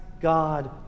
God